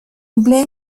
emplea